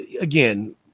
again